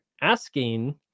asking